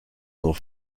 nur